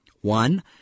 One